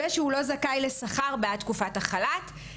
ושהוא לא זכאי לשכר בעד תקופת החל"ת.